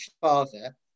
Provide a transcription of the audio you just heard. father